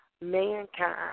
Mankind